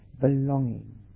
belonging